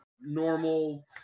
normal